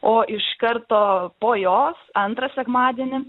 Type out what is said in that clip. o iš karto po jos antrą sekmadienį